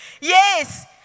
Yes